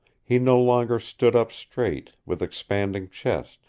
he no longer stood up straight, with expanding chest,